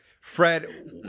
Fred